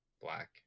Black